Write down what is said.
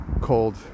cold